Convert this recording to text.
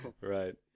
right